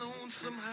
lonesome